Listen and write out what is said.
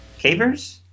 cavers